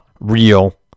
Real